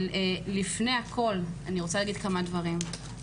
אבל לפני הכול אני רוצה לומר כמה דברים.